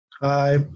hi